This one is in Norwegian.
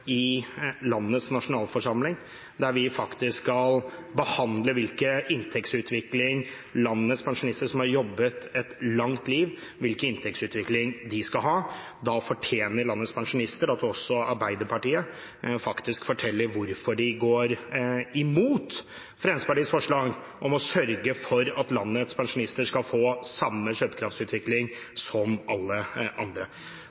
i landets nasjonalforsamling, der vi faktisk skal behandle hvilken inntektsutvikling landets pensjonister som har jobbet et langt liv, skal ha. Da fortjener landets pensjonister at Arbeiderpartiet faktisk forteller hvorfor de går imot Fremskrittspartiets forslag om å sørge for at landets pensjonister skal få samme kjøpekraftsutvikling som alle andre.